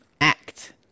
act